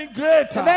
greater